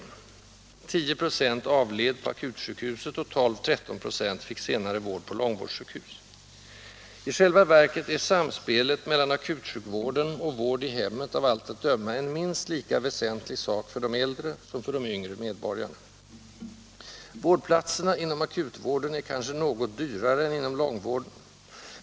10 96 avled på akutsjukhuset, och 12-13 96 fick senare vård på långvårdssjukhus. I själva verket är samspelet mellan akutsjukvården och vård i hemmet av allt att döma en minst lika väsentlig sak för de äldre som för de yngre medborgarna. Vårdplatserna inom akutvården är kanske något dyrare än inom långvården.